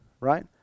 right